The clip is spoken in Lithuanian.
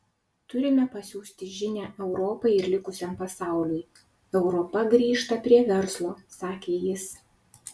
turime pasiųsti žinią europai ir likusiam pasauliui europa grįžta prie verslo sakė jis